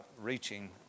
reaching